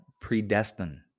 predestined